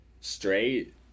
straight